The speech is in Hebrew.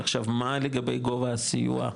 עכשיו מה לגבי גובה הסיוע,